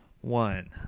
one